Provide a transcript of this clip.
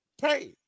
pay